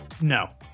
No